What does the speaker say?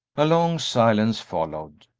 a long silence followed.